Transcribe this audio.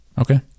Okay